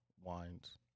wines